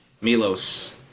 Milos